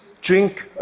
drink